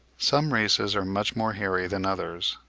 some races are much more hairy than others,